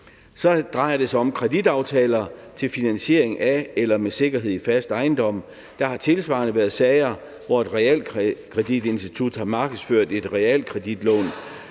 Det drejer sig om kreditaftaler til finansiering af eller med sikkerhed i fast ejendom. Der har tilsvarende været sager, hvor et realkreditinstitut har markedsført et realkreditlån